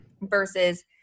Versus